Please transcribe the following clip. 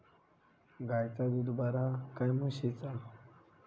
गायचा दूध बरा काय म्हशीचा?